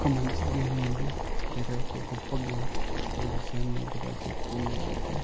ఒక మంచి గేమ్ నుండి వేరే ఒక గొప్ప గేమ్ ఏ విషయం నేరుగా చెప్తుంది అంటే